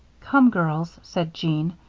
come, girls, said jean,